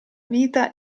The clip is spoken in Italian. vita